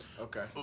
Okay